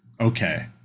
Okay